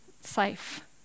safe